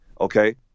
okay